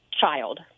child